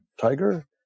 Tiger